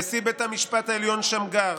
נשיא בית המשפט העליון שמגר,